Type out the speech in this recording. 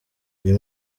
uyu